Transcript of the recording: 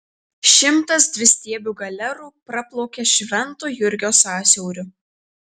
šimtas dvistiebių galerų praplaukė švento jurgio sąsiauriu